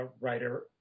writer